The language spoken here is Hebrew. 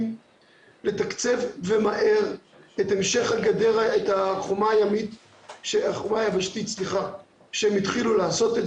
לתקצב ומהר את המשך החומה היבשתית שהם התחילו לעשות.